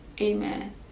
Amen